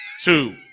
two